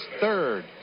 third